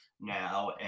now